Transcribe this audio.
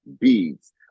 beads